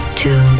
two